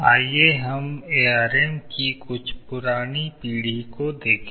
आइए हम एआरएम की कुछ पुरानी पीढ़ी को देखें